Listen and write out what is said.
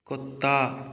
कुत्ता